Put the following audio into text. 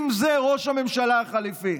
אם זה ראש הממשלה החליפי.